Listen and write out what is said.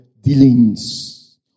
dealings